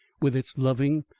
with its loving,